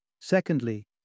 Secondly